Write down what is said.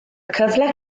cyfle